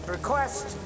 Request